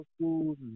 schools